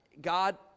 God